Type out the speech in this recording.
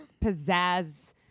pizzazz